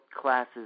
classes